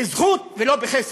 בזכות ולא בחסד.